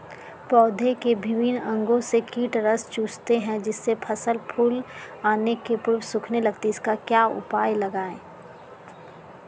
पौधे के विभिन्न अंगों से कीट रस चूसते हैं जिससे फसल फूल आने के पूर्व सूखने लगती है इसका क्या उपाय लगाएं?